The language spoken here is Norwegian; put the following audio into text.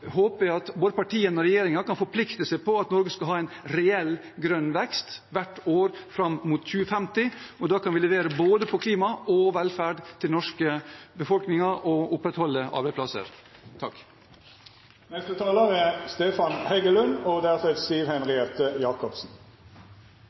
håper jeg at både partiene og regjeringen vil forplikte seg til at Norge skal ha en reell grønn vekst hvert år fram mot 2050. Da kan vi levere både på klima og på velferd for den norske befolkningen og opprettholde arbeidsplasser.